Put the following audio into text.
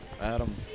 Adam